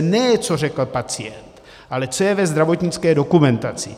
Ne co řekl pacient, ale co je ve zdravotnické dokumentaci.